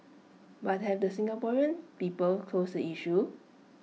but have the Singaporean people closed the issue